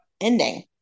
ending